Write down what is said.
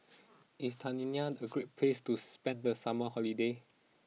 is Tanzania a great place to spend the summer holiday